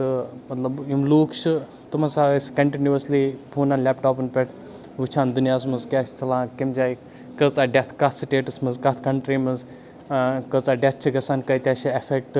تہٕ مطلب یِم لوٗکھ چھِ تِم ہَسا ٲسۍ کَنٹِنیوٗوَسلی فونَن لٮ۪پٹاپَن پٮ۪ٹھ وٕچھان دُنیاہَس منٛز کیٛاہ چھِ چَلان کَمہِ جایہِ کٲژاہ ڈٮ۪تھ کَتھ سٹیٹَس منٛز کَتھ کنٹِرٛی منٛز کٲژاہ ڈٮ۪تھ چھِ گژھان کۭتیٛاہ چھِ اٮ۪فٮ۪کٹ